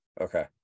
Okay